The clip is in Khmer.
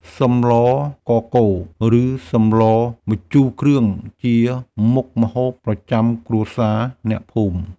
សម្លកកូរ ឬសម្លម្ជូរគ្រឿង ជាមុខម្ហូបប្រចាំគ្រួសារអ្នកភូមិ។